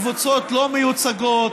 לקבוצות לא מיוצגות,